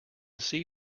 see